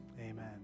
Amen